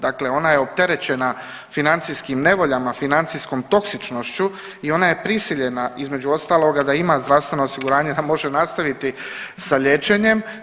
Dakle, ona je opterećena financijskim nevoljama, financijskom toksičnošću i ona je prisiljena između ostaloga da ima zdravstvenog osiguranje da može nastaviti sa liječenjem.